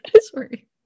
Sorry